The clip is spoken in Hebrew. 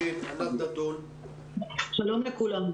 שלום לכולם.